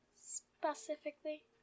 Specifically